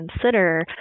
consider